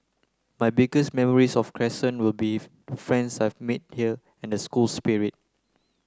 my biggest memories of Crescent will be friends I've made here and the school spirit